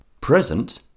present